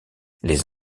les